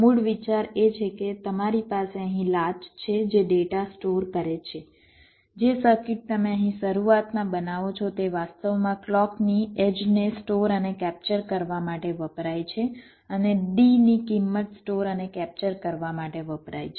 મૂળ વિચાર એ છે કે તમારી પાસે અહીં લાચ છે જે ડેટા સ્ટોર કરે છે જે સર્કિટ તમે અહીં શરૂઆતમાં બતાવો છો તે વાસ્તવમાં ક્લૉકની એડ્જને સ્ટોર અને કેપ્ચર કરવા માટે વપરાય છે અને D ની કિંમત સ્ટોર અને કેપ્ચર કરવા માટે વપરાય છે